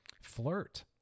Flirt